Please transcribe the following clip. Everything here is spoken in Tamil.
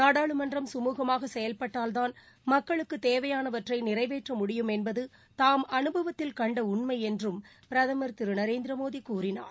நாடாளுமன்றம் கமூகமாக செயல்பட்டால்தான் மக்களுக்கு தேவையானவற்றை நிறைவேற்ற முடியும் என்பது தாம் அனுபவத்தில் கண்ட உண்மை என்றும் பிரதமர் திரு நரேந்திரமோடி கூறினார்